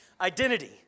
identity